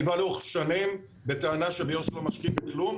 אני בא לאורך שנים בטענה שביו"ש לא משקיעים כלום,